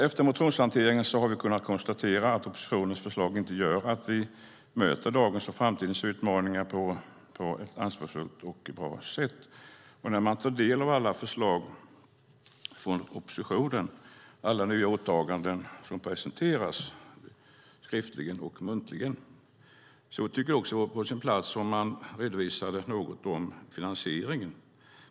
Efter motionshanteringen har vi kunnat konstatera att oppositionens förslag inte gör att vi möter dagens och framtidens utmaningar på ett ansvarsfullt och bra sätt. När oppositionen lägger fram alla sina förslag och alla nya åtaganden som presenteras skriftligen och muntligen tycker jag också att det vore på sin plats om man redovisade något om finansieringen.